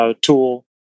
tool